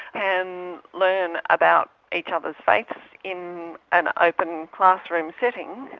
and learn about each other's faiths in an open classroom setting,